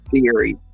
theory